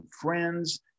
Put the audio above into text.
friends